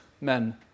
men